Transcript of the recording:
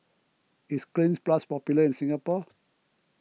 is Cleanz Plus popular in Singapore